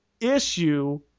issue